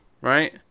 right